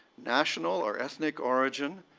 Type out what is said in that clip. national or ethnic origin,